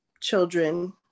children